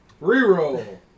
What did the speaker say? Reroll